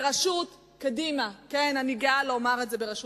הבחירות לא היה איזה מצב שבו ראש